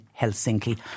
Helsinki